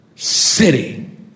city